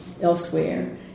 elsewhere